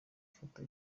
ifoto